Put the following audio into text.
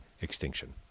Extinction